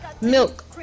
milk